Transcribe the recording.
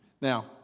Now